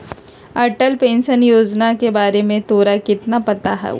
Atal pension Yojana के बारे में तोरा कितना पता हाउ?